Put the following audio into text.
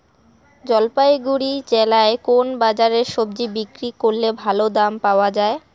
জলপাইগুড়ি জেলায় কোন বাজারে সবজি বিক্রি করলে ভালো দাম পাওয়া যায়?